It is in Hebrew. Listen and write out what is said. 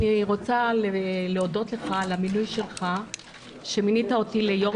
אני רוצה להודות לך שמינית אותי ליו"ר